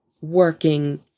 working